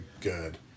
good